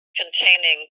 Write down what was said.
containing